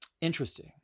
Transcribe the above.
interesting